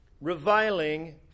reviling